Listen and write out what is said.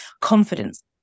confidence